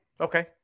Okay